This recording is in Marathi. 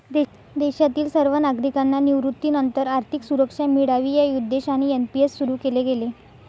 देशातील सर्व नागरिकांना निवृत्तीनंतर आर्थिक सुरक्षा मिळावी या उद्देशाने एन.पी.एस सुरु केले गेले